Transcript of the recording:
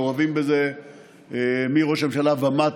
מעורבים בזה מראש הממשלה ומטה,